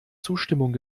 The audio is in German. zustimmung